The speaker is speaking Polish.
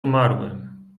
umarłym